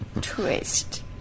twist